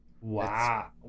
Wow